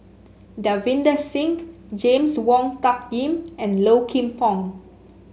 Davinder Singh James Wong Tuck Yim and Low Kim Pong